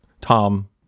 Tom